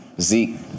Zeke